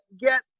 get